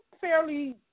fairly